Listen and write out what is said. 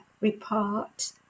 report